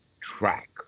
track